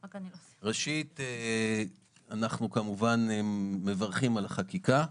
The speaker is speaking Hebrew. ראשית, אנחנו כמובן מברכים על החקיקה.